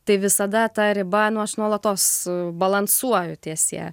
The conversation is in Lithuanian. tai visada ta riba nu aš nuolatos balansuoju ties ja